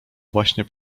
właśnie